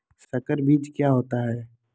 संकर बीज क्या होता है?